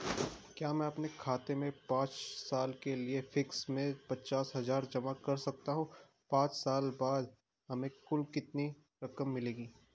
क्या मैं अपने खाते में पांच साल के लिए फिक्स में पचास हज़ार जमा कर सकता हूँ पांच साल बाद हमें कुल कितनी रकम मिलेगी?